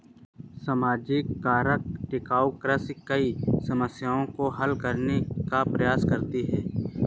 सामाजिक कारक टिकाऊ कृषि कई समस्याओं को हल करने का प्रयास करती है